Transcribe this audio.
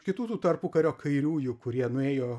kitų tų tarpukario kairiųjų kurie nuėjo